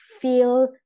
feel